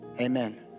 Amen